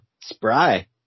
spry